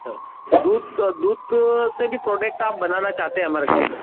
छा दूत दूत से भी प्रोडक्ट आप बनाना चाहते हैं हमारे गाँव में